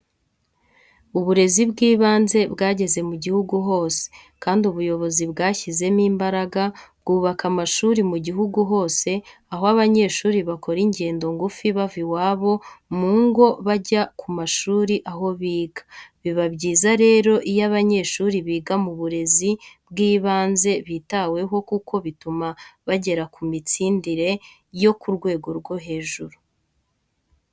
Uburezi bw'ibanze bwageze mu gihugu hose kandi ubuyobozi bwashyizemo imbaraga bwubaka amashuri mu gihugu hose, aho abanyeshuri bakora ingendo ngufi bava iwabo mu ngo bajya ku mashuri aho biga. Biba byiza rero iyo abanyeshuri biga mu burezi bw'ibanze bitaweho kuko bituma bagera ku mitsindire yo ku rwego rwo hejuru.